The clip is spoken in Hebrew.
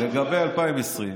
לגבי 2020,